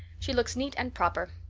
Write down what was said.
she looks neat and proper.